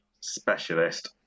specialist